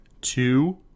Two